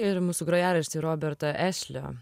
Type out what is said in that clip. ir mūsų grojarašty roberto ešlio